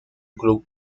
club